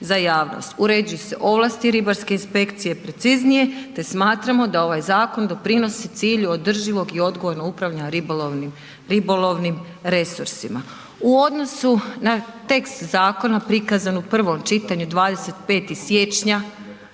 uređuju se ovlasti ribarske inspekcije preciznije te smatramo da ovaj zakon doprinosi cilju održivog i odgovornog upravljanja ribolovnim resursima. U odnosu na tekst zakona prikazan u prvom čitanju 25. siječnja